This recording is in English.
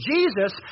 Jesus